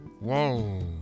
Whoa